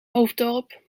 hoofddorp